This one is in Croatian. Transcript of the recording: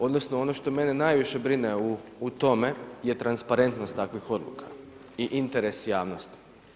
Odnosno ono što mene najviše brine u tome je transparentnost takvih odluka i interes javnosti.